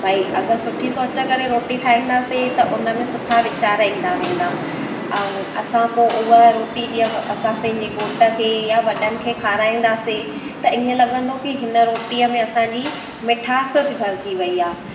भाई अगरि सुठी सोच करे रोटी ठाहींदासे त उन में सुठा विचार ईंदा वेंदा ऐं असां पोइ उहा रोटी जीअं असां पंहिंजे घोट खे या वॾनि खे खाराईंदासीं त ईअं लॻंदो की हिन रोटीअ में असांजी मिठासच भरिजी वई आहे